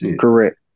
Correct